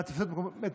אנא תפסו את מקומותיכם.